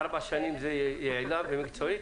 ארבע שנים זה יעילה ומקצועית?